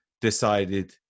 decided